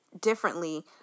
differently